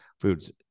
foods